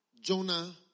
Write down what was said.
Jonah